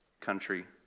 country